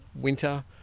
winter